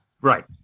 Right